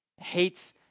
Hates